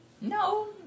No